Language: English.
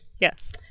Yes